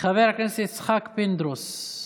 חבר הכנסת יצחק פינדרוס,